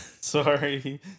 Sorry